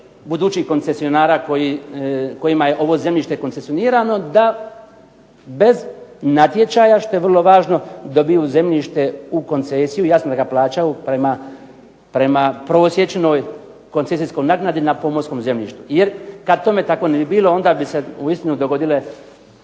budućih koncesionara kojima je ovo zemljište koncesionirano da bez natječaja, što je vrlo važno, dobiju zemljište u koncesiju, jasno jer ga plaćaju prema prosječnoj koncesijskoj naknadi na pomorskom zemljištu. Jer kad tome tako ne bi bilo onda bi se uistinu dogodile